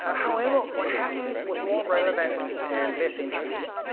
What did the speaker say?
however, what happened was more relevant and less interesting.